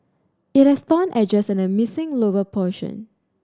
it has torn edges and a missing lower portion